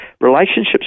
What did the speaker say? Relationships